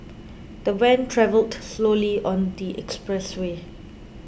the van travelled slowly on the expressway